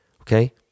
okay